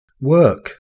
Work